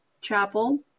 chapel